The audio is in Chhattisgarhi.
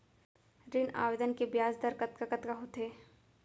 ऋण आवेदन के ब्याज दर कतका कतका होथे?